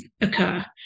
occur